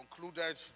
concluded